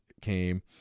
came